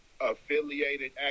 affiliated